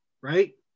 right